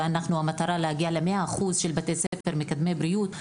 והמטרה היא להגיע ל-100% של בתי ספר מקדמי בריאות.